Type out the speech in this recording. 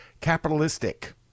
capitalistic